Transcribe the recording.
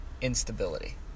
instability